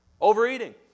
overeating